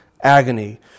agony